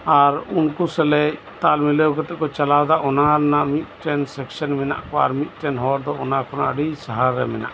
ᱟᱨ ᱩᱱᱠᱩ ᱥᱮᱞᱮᱫ ᱛᱟᱞ ᱢᱤᱞᱟᱹᱣ ᱠᱟᱛᱮ ᱠᱚ ᱪᱟᱞᱟᱣ ᱮᱫᱟ ᱚᱱᱟ ᱨᱮᱱᱟᱜ ᱢᱤᱫᱴᱮᱱ ᱥᱮᱠᱥᱮᱱ ᱢᱮᱱᱟᱜ ᱠᱚᱭᱟ ᱟᱨ ᱢᱤᱫᱴᱮᱱ ᱦᱚᱲ ᱫᱚ ᱟᱹᱰᱤ ᱥᱟᱦᱟ ᱨᱮ ᱢᱮᱱᱟᱜ ᱠᱚᱣᱟ